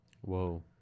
Whoa